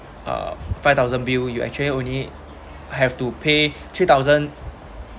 uh five thousand bill you actually only have to pay three thousand